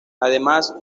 además